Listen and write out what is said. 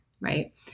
right